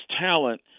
talent